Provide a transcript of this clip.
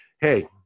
hey